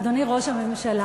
אדוני ראש הממשלה,